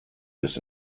this